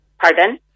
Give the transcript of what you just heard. Pardon